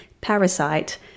parasite